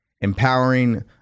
Empowering